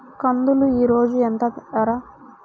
కందులు ఈరోజు ఎంత ధర?